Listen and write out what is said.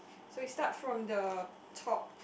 so we start from the top